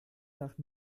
nach